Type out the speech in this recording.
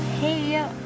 Hey